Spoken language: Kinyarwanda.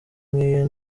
nk’iyo